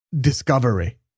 Discovery